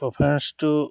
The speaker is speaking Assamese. কভাৰেজটো